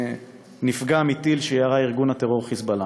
ונפגע מטיל שירה ארגון הטרור "חיזבאללה".